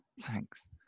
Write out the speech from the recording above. Thanks